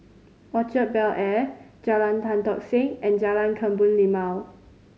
Orchard Bel Air Jalan Tan Tock Seng and Jalan Kebun Limau